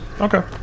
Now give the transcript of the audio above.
Okay